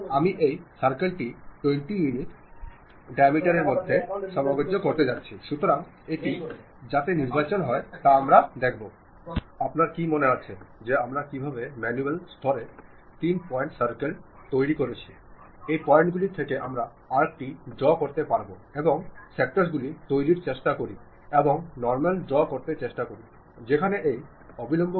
ഉദാഹരണത്തിന് ഒരു നിർദ്ദിഷ്ട ലക്ഷ്യത്തിനായി ഞാൻ പറഞ്ഞതുപോലെ നിങ്ങൾ യഥാർത്ഥത്തിൽ പ്രവർത്തിക്കുന്നു അതിനായി നിങ്ങൾ ആശയവിനിമയം നടത്തേണ്ടതുണ്ട് എപ്പോൾ നിങ്ങൾ ആശയവിനിമയം നടത്തിയാലും ചിലപ്പോൾ നിങ്ങൾക്ക് ഔപചാരിക ചാനലുകൾ ഉപയോഗിക്കാം ചിലപ്പോൾ അനൌപചാരിക ചാനലുകളായിരിക്കും ഉപയോഗിക്കുക